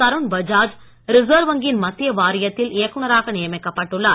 Tarun Bajaj reserve வங்கியின் மத்திய வாரியத்தில் இயக்குநராக நியமிக்கப்பட்டுள்ளார்